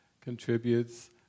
contributes